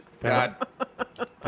God